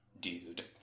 dude